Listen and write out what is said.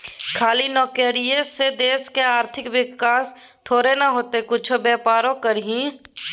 खाली नौकरीये से देशक आर्थिक विकास थोड़े न हेतै किछु बेपारो करही